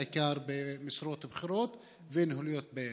בעיקר במשרות בכירות וניהוליות במשרדים.